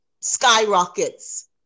skyrockets